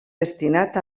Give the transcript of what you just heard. destinat